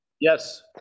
Yes